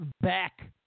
Back